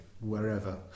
wherever